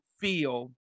feel